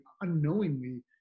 unknowingly